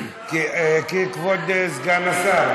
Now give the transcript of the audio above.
כבוד סגן השר,